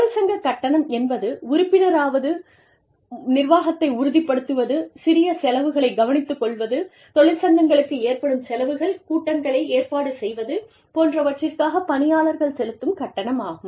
தொழிற்சங்க கட்டணம் என்பது உறுப்பினராவது நிர்வாகத்தை உறுதிப்படுத்துவது சிறிய செலவுகளைக் கவனித்துக்கொள்வது தொழிற்சங்கங்களுக்கு ஏற்படும் செலவுகள் கூட்டங்களை ஏற்பாடு செய்வது போன்றவற்றிற்காக பணியாளர்கள் செலுத்தும் கட்டணம் ஆகும்